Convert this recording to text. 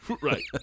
Right